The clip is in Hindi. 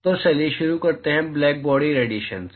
तो चलिए शुरू करते हैं ब्लैकबॉडी रेडिएशन से